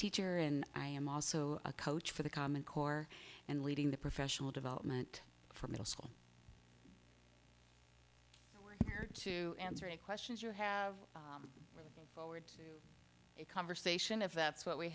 teacher and i am also a coach for the common core and leading the professional development for middle school to answer any questions you have forward a conversation if that's what we